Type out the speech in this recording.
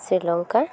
Sri Lanka